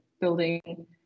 building